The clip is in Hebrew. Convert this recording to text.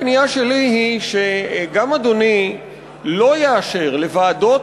הפנייה שלי היא שאדוני לא יאשר לוועדות